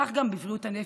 וכך גם בבריאות הנפש,